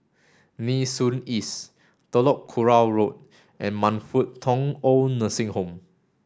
Nee Soon East Telok Kurau Road and Man Fut Tong Old Nursing Home